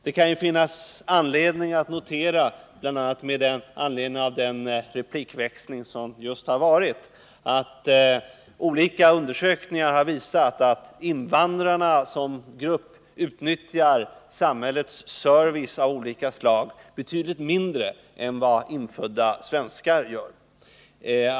Det kan finnas skäl att notera — bl.a. med anledning av den replikväxling som just har varit — att olika undersökningar har visat att invandrarna som grupp utnyttjar samhällets service av olika slag betydligt mindre än vad infödda svenskar gör.